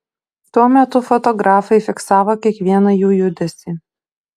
tuo metu fotografai fiksavo kiekvieną jų judesį